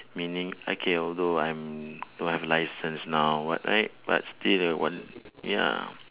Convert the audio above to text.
meaning okay although I mm don't have licence now or what right but still uh want ya